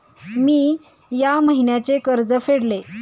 मी या महिन्याचे कर्ज फेडले